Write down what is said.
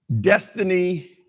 destiny